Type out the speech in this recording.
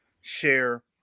share